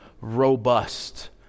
robust